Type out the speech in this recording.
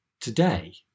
today